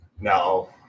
No